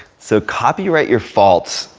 so copyright your faults,